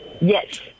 Yes